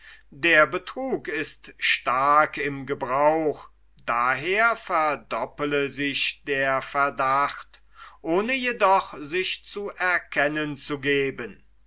der betrug ist stark im gebrauch daher verdoppele sich der verdacht ohne jedoch sich zu erkennen zu geben